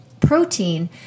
protein